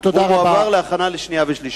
ומועבר להכנה לקריאה שנייה ולקריאה שלישית.